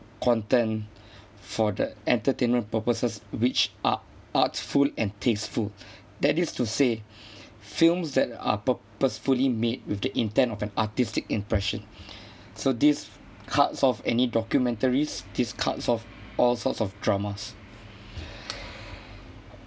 content for the entertainment purposes which are artful and tasteful that is to say films that are purposefully made with the intent of an artistic impression so these cuts off any documentaries this cuts off all sorts of dramas